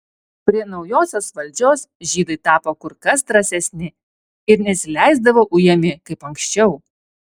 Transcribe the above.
prie naujosios valdžios žydai tapo kur kas drąsesni ir nesileisdavo ujami kaip anksčiau